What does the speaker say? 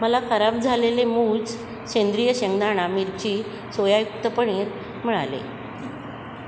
मला खराब झालेले मूज सेंद्रिय शेंगदाणा मिरची सोयायुक्त पनीर मिळाले